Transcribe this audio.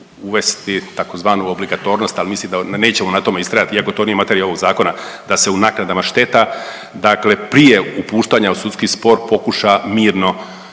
uvesti tzv. obligatornost, ali mislim da nećemo na tome istrajati iako to nije materija ovog zakona da se u naknadama šteta, dakle upuštanja u sudski spor pokuša mirno